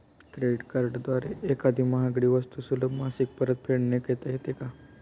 Credit कार्डद्वारे एखादी महागडी वस्तू सुलभ मासिक परतफेडने घेता येते का?